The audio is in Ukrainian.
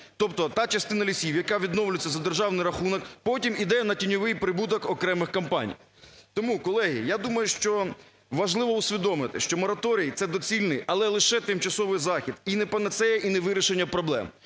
Тобто та частина лісів, яка відновлюється за державний рахунок, потім іде на тіньовий прибуток окремих компаній. Тому, колеги, я думаю, що важливо усвідомити, що мораторій – це доцільний, але лише тимчасовий захід, і не панацея, і не вирішення проблем.